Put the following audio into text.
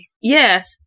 Yes